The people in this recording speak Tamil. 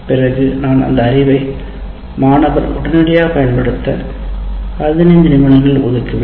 பிறகு நான் அந்த அறிவை மாணவர் உடனடியாகப் பயன்படுத்த 15 நிமிடங்கள் ஒதுக்குவேன்